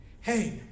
Hey